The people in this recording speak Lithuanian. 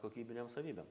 kokybinėm savybėm